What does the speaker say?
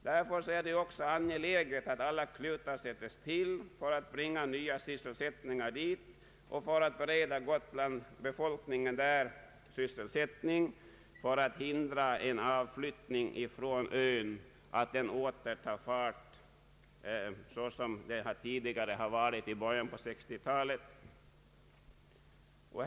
Därför är det angeläget att alla klutar sätts till för att skaffa nya sysselsättningar till Gotland för att bereda befolkningen sysselsättning och för att hindra att avflyttningen från ön åter tar fart under 1970-talet såsom prognoserna visar.